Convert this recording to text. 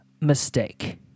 mistake